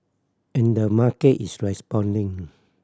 and the market is responding